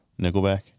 Nickelback